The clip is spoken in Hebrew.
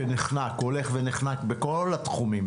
שנחנק, הולך ונחנק בכל התחומים.